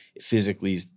physically